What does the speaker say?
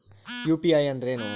UPI ಅಂದ್ರೆ ಏನು?